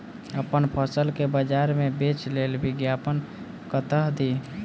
अप्पन फसल केँ बजार मे बेच लेल विज्ञापन कतह दी?